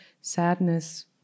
sadness